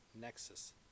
nexus